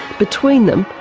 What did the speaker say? between them,